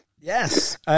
Yes